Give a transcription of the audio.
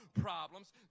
problems